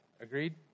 Agreed